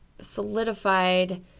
solidified